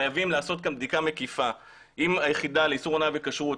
חייבים לעשות כאן בדיקה מקיפה עם היחידה לאיסור הונאה בכשרות,